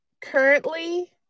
Currently